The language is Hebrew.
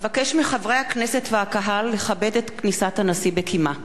אבקש מחברי הכנסת והקהל לכבד את כניסת הנשיא בקימה.